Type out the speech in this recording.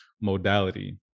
modality